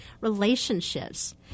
Relationships